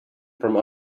from